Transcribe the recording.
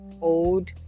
old